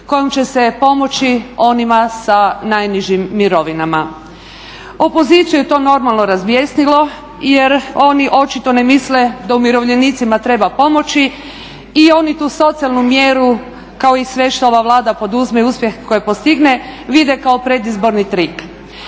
kojom će se pomoći onima sa najnižim mirovinama. Opoziciju je to normalno razbjesnilo jer oni očito ne misle da umirovljenicima treba pomoći i oni tu socijalnu mjeru kao i sve što ova Vlada poduzme i uspjehe koje postigne vide kao predizborni trik.